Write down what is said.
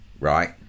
right